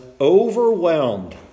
overwhelmed